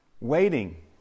waiting